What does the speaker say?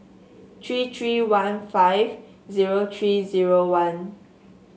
three three one five zero three zero one